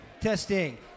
Testing